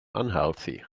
unhealthy